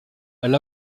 elle